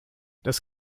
das